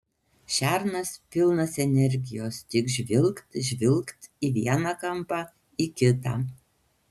šernas pilnas energijos tik žvilgt žvilgt į vieną kampą į kitą